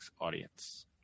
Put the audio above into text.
audience